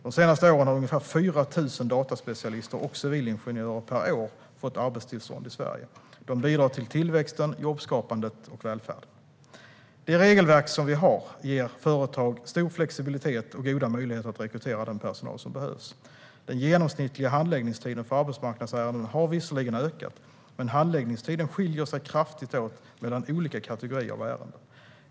De senaste åren har ungefär 4 000 dataspecialister och civilingenjörer per år fått arbetstillstånd i Sverige. De bidrar till tillväxten, jobbskapandet och välfärden. Det regelverk som vi har ger företag stor flexibilitet och goda möjligheter att rekrytera den personal som behövs. Den genomsnittliga handläggningstiden för arbetsmarknadsärenden har visserligen ökat, men handläggningstiden skiljer sig kraftigt åt mellan olika kategorier av ärenden.